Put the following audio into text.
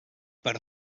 per